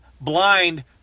blind